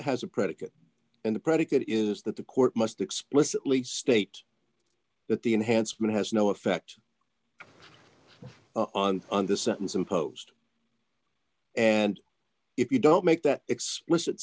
has a predicate and the predicate is that the court must explicitly state that the enhancement has no effect on the sentence imposed and if you don't make that explicit